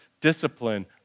discipline